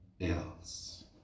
else